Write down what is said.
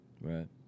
Right